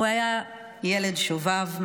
הוא היה ילד שובב,